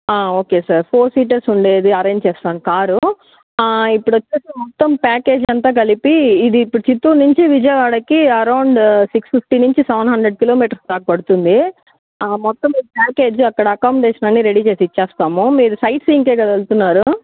okay sir four seaters ఉండేది arrange చేస్తాను car ఇప్పుడు వచ్చి మొత్తం ప్యాకేజ్ అంతా కలిపి ఇది ఇప్పుడు చిత్తూరు నించి విజయవాడకి అరౌండ్ సిక్స్ ఫిఫ్టీ నించి సెవెన్ హండ్రెడ్ కిలోమీటర్స్ దాకా పడుతుంది మొత్తం ప్యాకేజ్ అక్కడ అకామడేషన్ అన్ని రెడీ చేసి ఇచ్చేస్తాము మీరు సైట్ సీయింగ్కే కదా వెళ్తున్నారు